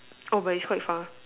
oh but it's quite far